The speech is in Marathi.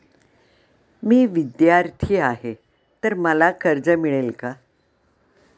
मी विद्यार्थी आहे तर मला कर्ज मिळेल का?